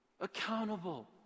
accountable